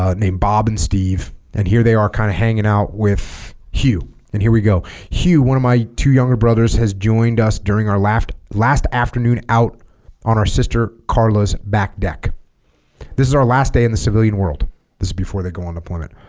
named bob and steve and here they are kind of hanging out with hugh and here we go hugh one of my two younger brothers has joined us during our last last afternoon out on our sister carla's back deck this is our last day in the civilian world this is before they go on deployment